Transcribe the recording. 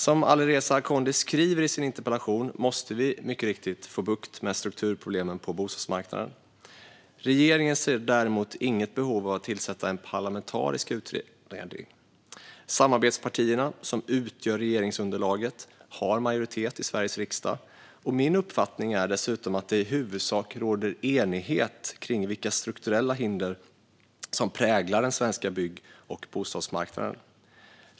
Som Alireza Akhondi skriver i sin interpellation måste vi mycket riktigt få bukt med strukturproblemen på bostadsmarknaden. Regeringen ser däremot inget behov av att tillsätta en parlamentarisk utredning. Samarbetspartierna som utgör regeringsunderlaget har majoritet i Sveriges riksdag, och min uppfattning är dessutom att det i huvudsak råder enighet kring vilka strukturella hinder som präglar den svenska bygg och bostadsmarknaden.